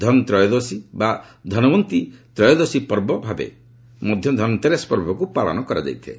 ଧନତ୍ରୟୋଦଶୀ ବା ଧନଓ୍ୱନ୍ତୀ ତ୍ରିୟୋଦଶୀ ପର୍ବ ଭାବେ ମଧ୍ୟ ଧନତେରସ ପର୍ବକ୍ର ପାଳନ କରାଯାଇଥାଏ